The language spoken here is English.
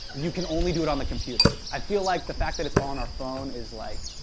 you can only do it on the computer. i feel like the fact that it's on our phone is like,